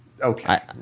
Okay